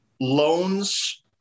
loans